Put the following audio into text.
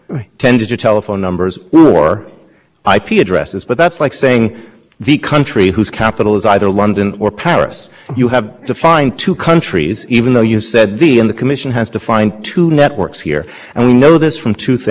the country whose capital is either london or paris you have to find two countries even though you said the in the commission has to find two networks here and we know this from two things first the cornerstone of the commission's theory in the mobile section of its order